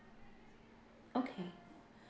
okay